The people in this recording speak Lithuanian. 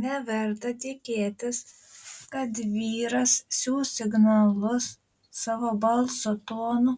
neverta tikėtis kad vyras siųs signalus savo balso tonu